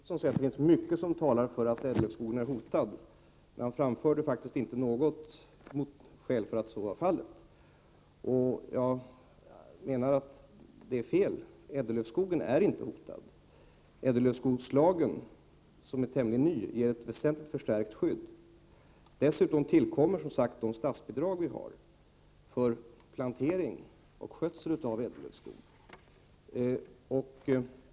Herr talman! Rolf L Nilson säger att det finns mycket som talar för att ädellövskogen är hotad. Men han har inte framfört något skäl för att så skulle vara fallet. Jag menar att han har fel. Ädellövskogen är nämligen inte hotad. Ädellövskogslagen, som är tämligen ny, ger ett väsentligt förstärkt skydd. Dessutom tillkommer, som sagt, statsbidragen för plantering och skötsel av ädellövskog.